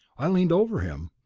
i leaned over him.